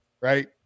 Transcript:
right